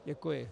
Děkuji.